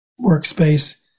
workspace